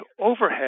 overhead